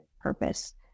purpose